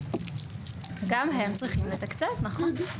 גם הם צריכים לתקצב, נכון.